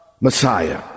Messiah